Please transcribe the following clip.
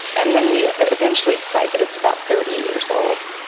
and then we eventually decide that it's about thirty years old.